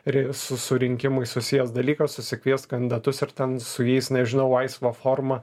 ri su su rinkimais susijęs dalykas susikviest kandidatus ir ten su jais nežinau laisva forma